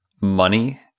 money